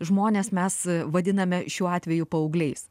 žmones mes vadiname šiuo atveju paaugliais